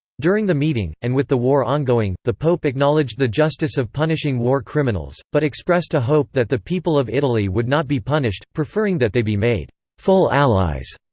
during the meeting, and with the war ongoing, the pope acknowledged the justice of punishing war criminals, but expressed a hope that the people of italy would not be punished, preferring that they be made full allies.